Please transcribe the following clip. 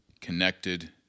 connected